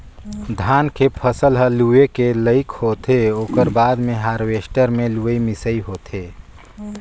धान के फसल ह लूए के लइक होथे ओकर बाद मे हारवेस्टर मे लुवई मिंसई होथे